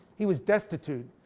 he was destitute.